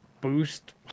boost